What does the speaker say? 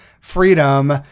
freedom